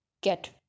get